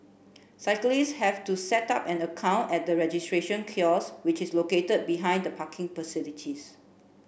cyclists have to set up an account at the registration kiosks which is located behind the parking facilities